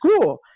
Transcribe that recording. Cool